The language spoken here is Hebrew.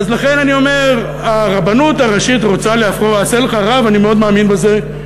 אז לכן אני אומר: הרבנות הראשית רוצה "עשה לך רב" אני מאוד מאמין בזה,